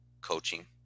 coaching